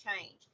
change